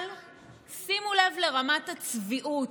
אבל שימו לב לרמת הצביעות.